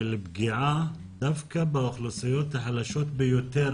פגיעה דווקא באוכלוסיות החלשות ביותר